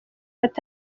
ati